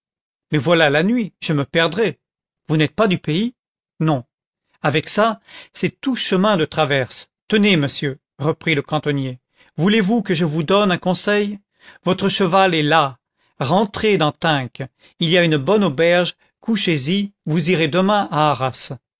mais voilà la nuit je me perdrai vous n'êtes pas du pays non avec ça c'est tout chemins de traverse tenez monsieur reprit le cantonnier voulez-vous que je vous donne un conseil votre cheval est las rentrez dans tinques il y a une bonne auberge couchez y vous irez demain à arras